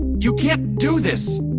you can't do this